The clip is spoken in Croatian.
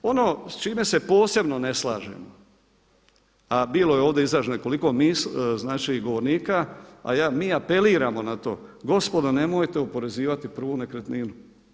Ono s čime se posebno ne slažem a bilo je ovdje izraženo u nekoliko govornika a mi apeliramo na to, gospodo nemojte oporezivati prvu nekretninu.